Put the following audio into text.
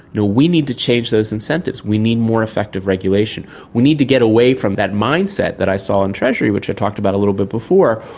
you know we need to change those incentives, we need more effective regulation. we need to get away from that mindset that i saw in treasury which i talked about a little bit before,